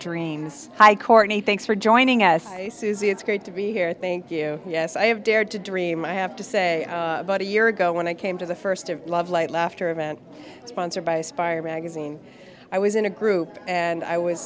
dreams hi courtney thanks for joining us susie it's great to be here thank you yes i have dared to dream i have to say about a year ago when i came to the first of lovelight laughter event sponsored by aspire magazine i was in a group and i was